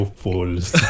fools